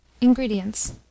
Ingredients